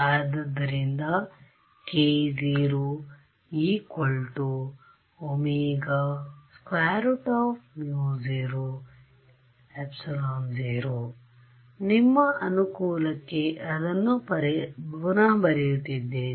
ಆದುದರಿಂದ k0 ωμ00ε0 ನಿಮ್ಮ ಅನುಕೂಲಕ್ಕೆ ಇದನ್ನು ಪುನಃ ಬರೆಯುತ್ತಿದ್ದೇನೆ